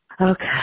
Okay